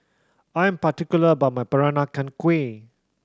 I am particular about my Peranakan Kueh